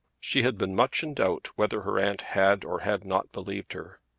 she had been much in doubt whether her aunt had or had not believed her.